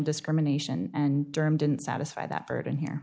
discrimination and durham didn't satisfy that burden here